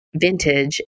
vintage